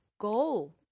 goal